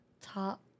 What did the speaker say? Top